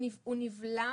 הוא נבלם.